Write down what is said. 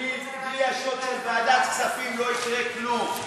בלי השוט של ועדת כספים לא יקרה כלום.